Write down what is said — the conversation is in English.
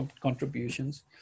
contributions